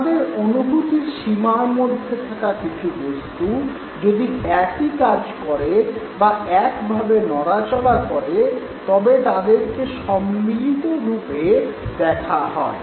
আমাদের অনুভূতির সীমার মধ্যে থাকা কিছু বস্তু যদি একই কাজ করে বা একভাবে নড়াচড়া করে তবে তাদেরকে সম্মিলিত রূপে দেখা হয়